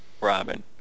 Robin